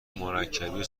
مرکبی